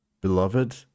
Beloved